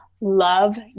Love